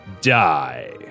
die